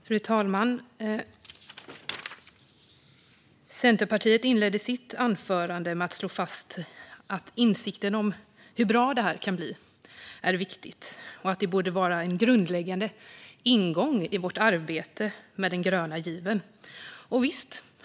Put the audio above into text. Fru talman! Centerpartiet inledde sitt anförande med att slå fast att insikten om hur bra den gröna given kan bli är viktig, och det borde vara en grundläggande ingång i vårt arbete med den gröna given. Visst!